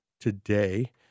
today